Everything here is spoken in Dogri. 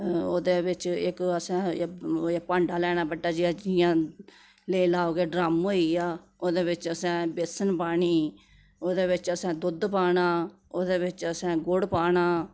ओह्दे बिच्च इक असें भांडा लैना बड्डा जेहा जियां लेई लैओ कि ड्रम होई गेआ ओह्दे बिच्च असें बेसन पानी ओह्दे बिच्च असें दुद्ध पाना ओह्दे बिच्च गुड़ पाना